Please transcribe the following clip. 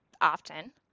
often